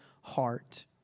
heart